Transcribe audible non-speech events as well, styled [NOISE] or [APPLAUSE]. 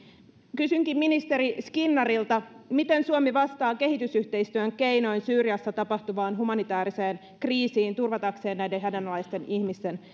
kysynkin ministeri skinnarilta miten suomi vastaa kehitysyhteistyön keinoin syyriassa tapahtuvaan humanitaariseen kriisiin turvatakseen näiden hädänalaisten ihmisten [UNINTELLIGIBLE]